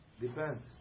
Depends